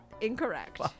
Incorrect